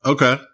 Okay